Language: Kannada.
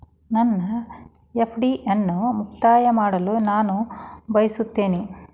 ನನ್ನ ಎಫ್.ಡಿ ಅನ್ನು ಮುಕ್ತಾಯ ಮಾಡಲು ನಾನು ಬಯಸುತ್ತೇನೆ